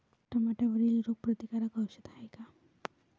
टमाट्यावरील रोग प्रतीकारक औषध हाये का?